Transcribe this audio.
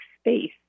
space